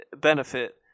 benefit